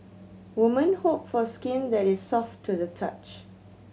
woman hope for skin that is soft to the touch